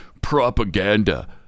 propaganda